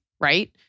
right